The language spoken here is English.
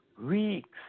weeks